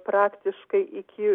praktiškai iki